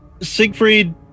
Siegfried